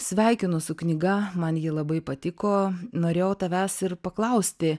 sveikinu su knyga man ji labai patiko norėjau tavęs ir paklausti